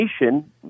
nation